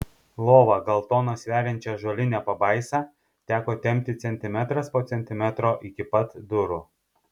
lova gal toną sveriančią ąžuolinę pabaisą teko tempti centimetras po centimetro iki pat durų